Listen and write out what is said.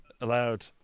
allowed